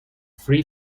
free